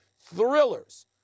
thrillers